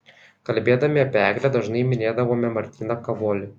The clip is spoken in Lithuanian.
kalbėdami apie eglę dažnai minėdavome martyną kavolį